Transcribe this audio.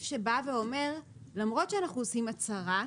שבא ואומר שלמרות שאנחנו עושים הצהרה,